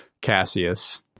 Cassius